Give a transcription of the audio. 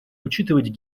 учитывать